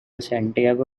santiago